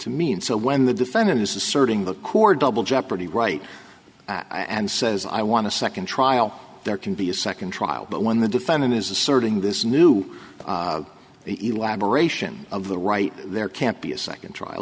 to mean so when the defendant is asserting the coo or double jeopardy right and says i want to second trial there can be a second trial but when the defendant is asserting this new the elaboration of the right there can't be a second trial